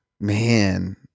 man